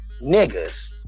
niggas